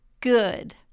good